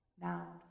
now